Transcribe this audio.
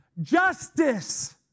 justice